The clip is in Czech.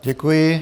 Děkuji.